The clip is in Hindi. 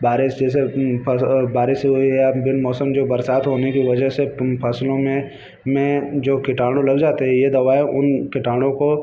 बारिश जैसे फस बारिश हो या बिन मौसम जो बरसात होने की वजह से फ़सलों में में जो कीटाणु लग जाते हैं यह दवाएँ उन कीटाणुओं को